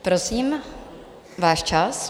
Prosím, váš čas.